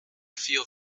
feel